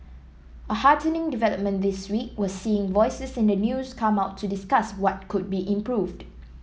a heartening development this week was seeing voices in the news come out to discuss what could be improved